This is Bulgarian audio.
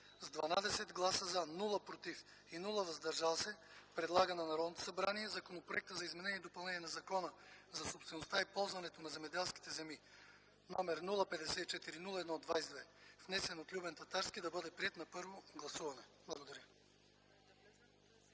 с 12 гласа „за”, без „против” и „въздържали се” предлага на Народното събрание Законопроектът за изменение и допълнение на Закона за собствеността и ползването на земеделските земи, № 054-01-22, внесен от Любен Татарски, да бъде приет на първо гласуване.” Благодаря.